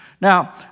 Now